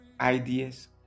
ideas